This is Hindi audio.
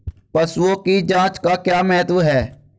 पशुओं की जांच का क्या महत्व है?